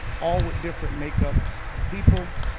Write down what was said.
all with different make-ups of people,